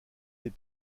les